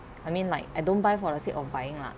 I mean like I don't buy for the sake of buying lah